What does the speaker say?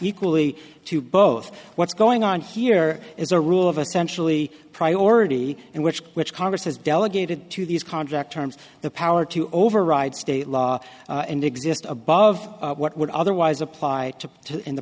equally to both what's going on here is a rule of a sensually priority and which which congress has delegated to these contract terms the power to override state law and exist above what would otherwise apply to in the